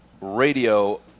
radio